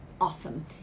awesome